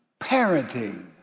parenting